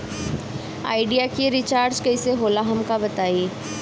Idea के recharge कईसे होला हमका बताई?